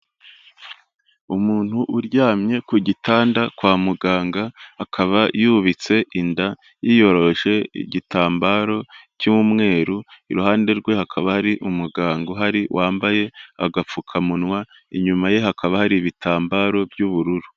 Umuntu uryamye ku gitanda kwa muganga, akaba yubitse inda yiyoroshe igitambaro cy'umweru, iruhande rwe hakaba ari umuganga uhari wambaye agapfukamunwa, inyuma ye hakaba hari ibitambaro by'ubururu.